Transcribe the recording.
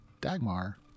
dagmar